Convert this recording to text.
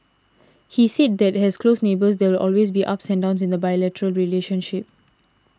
he said that as close neighbours there will always be ups and downs in the bilateral relationship